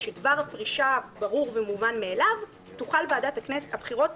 וכשדבר הפרישה ברור ומובן מאליו תוכל ועדת הבחירות